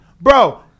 Bro